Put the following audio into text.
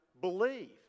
believe